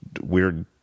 weird